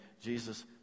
Jesus